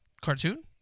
cartoon